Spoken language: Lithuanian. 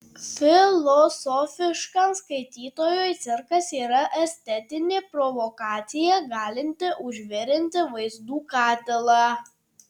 filosofiškam skaitytojui cirkas yra estetinė provokacija galinti užvirinti vaizdų katilą